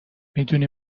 میدونی